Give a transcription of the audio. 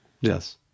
Yes